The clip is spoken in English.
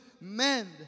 mend